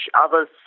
other's